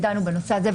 דנו בנושא הזה,